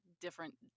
different